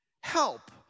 help